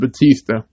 Batista